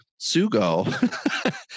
Sugo